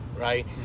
Right